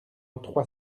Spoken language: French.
trois